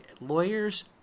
lawyers